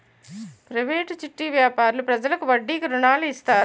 private చిట్టి వ్యాపారులు ప్రజలకు వడ్డీకి రుణాలు ఇస్తారు